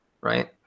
right